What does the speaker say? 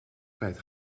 kwijt